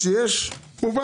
תחת